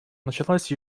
началась